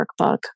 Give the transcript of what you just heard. workbook